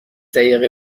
دقیقه